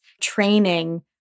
training